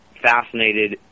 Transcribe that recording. fascinated